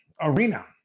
arena